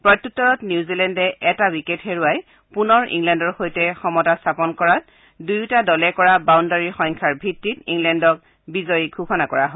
প্ৰত্যুত্তৰত নিউজিলেণ্ডে এটা উইকেট হেৰুৱাই পুনৰ ইংলেণ্ডৰ সৈতে সমতা স্থাপন কৰাত দুয়োটা দলে কৰা বাউণ্ণাৰীৰ সংখ্যাৰ ভিত্তিত ইংলেণ্ডক বিজয়ী ঘোষণা কৰা হয়